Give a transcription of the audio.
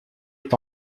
est